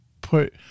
put